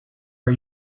are